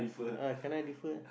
ah cannot defer ah